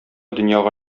дөньяга